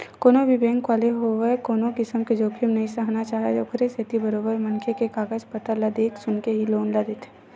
कोनो भी बेंक वाले होवय कोनो किसम के जोखिम नइ सहना चाहय ओखरे सेती बरोबर मनखे के कागज पतर ल देख सुनके ही लोन ल देथे